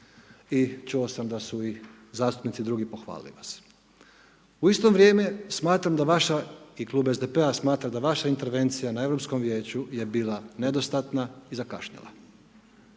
i čuo sam da su i zastupnici drugi pohvalili vas. U isto vrijeme smatram da vaša i Klub SDP-a smatra da vaša intervencija na Europskom vijeću je bila nedostatna i zakašnjela.